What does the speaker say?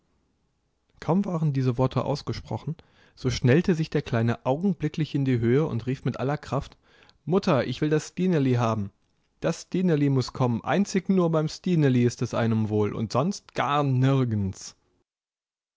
kaum waren diese worte ausgesprochen so schnellte sich der kleine augenblicklich in die höhe und rief mit aller kraft mutter ich will das stineli haben das stineli muß kommen einzig nur beim stineli ist es einem wohl und sonst gar nirgends